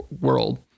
world